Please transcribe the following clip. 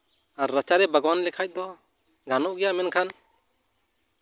ᱟᱨ ᱨᱟᱪᱟ ᱨᱮᱭᱟᱜ ᱵᱟᱜᱽᱣᱟᱱ ᱞᱮᱠᱷᱟᱡ ᱫᱚ ᱜᱟᱱᱚᱜ ᱜᱮᱭᱟ ᱢᱮᱱᱠᱷᱟᱱ